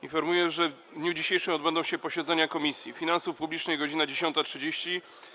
Informuję, że w dniu dzisiejszym odbędą się posiedzenia Komisji: - Finansów Publicznych - godz. 10.30,